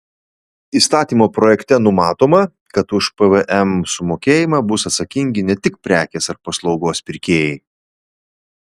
įstatymo projekte numatoma kad už pvm sumokėjimą bus atsakingi ne tik prekės ar paslaugos pirkėjai